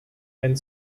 and